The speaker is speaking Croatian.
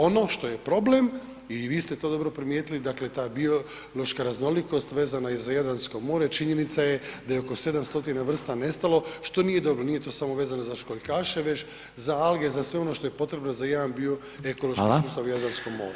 Ono što je problem i vi ste to dobro primijetili, dakle ta biološka raznolikost vezano i za Jadransko more, činjenica je da je oko 700 vrsta nestalo što nije dobro, nije to samo vezano za školjkaše već za alge, za sve ono što je potrebno za jedan bioekološki sustav u Jadranskom moru.